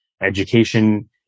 education